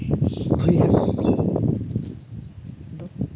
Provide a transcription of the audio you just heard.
ᱨᱩᱭ ᱦᱟᱹᱠᱩ ᱫᱚ